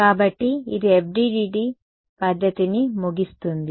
కాబట్టి ఇది FDTD పద్ధతిని ముగిస్తుంది